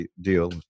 deal